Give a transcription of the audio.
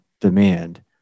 demand